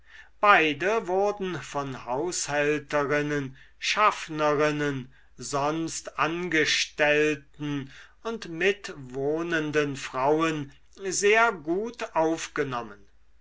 beide wurden von haushälterinnen schaffnerinnen sonst angestellten und mitwohnenden frauen sehr gut aufgenommen